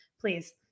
please